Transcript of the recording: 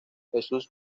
jesús